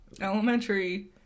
Elementary